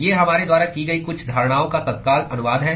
ये हमारे द्वारा की गई कुछ धारणाओं का तत्काल अनुवाद हैं